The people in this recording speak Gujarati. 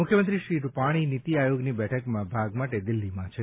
મુખ્યમંત્રી શ્રી રૂપાણી નિતિ આયોગની બેઠકમાં ભાગ માટે દિલ્હીમાં છે